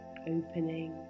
opening